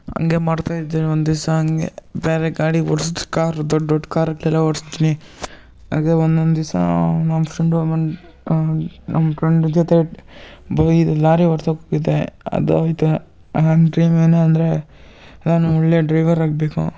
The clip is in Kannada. ಹಂಗೆ ಮಾಡ್ತಾ ಇದ್ದೆ ಒಂದಿವ್ಸ ಹಂಗೆ ಬೇರೆ ಗಾಡಿ ಓಡ್ಸಿ ಕಾರು ದೊಡ್ಡ ದೊಡ್ಡ ಕಾರುಗಳೆಲ್ಲ ಓಡಿಸ್ತೀನಿ ಹಾಗೆ ಒಂದೊಂದು ದಿವ್ಸ ನಮ್ಮ ಫ್ರೆಂಡು ನಮ್ಮ ಫ್ರೆಂಡ್ ಜೊತೆ ಬ ಇದು ಲಾರಿ ಓಡ್ಸೋಕ್ಕೆ ಹೋಗಿದ್ದೆ ಅದು ನನ್ನ ಡ್ರೀಮ್ ಏನು ಅಂದರೆ ನಾನು ಒಳ್ಳೆಯ ಡ್ರೈವರ್ ಆಗಬೇಕು